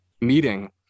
meeting